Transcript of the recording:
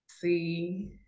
See